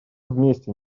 вместе